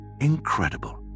Incredible